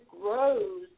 grows